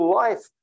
life